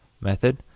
method